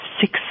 six